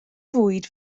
fwyd